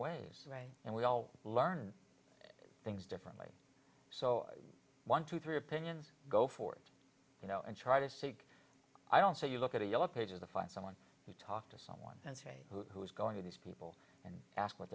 ways and we all learn things differently so one two three opinions go for it you know and try to stick i don't say you look at a yellow pages the find someone to talk to someone and say who is going to these people and ask what